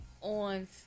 on